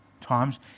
times